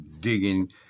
digging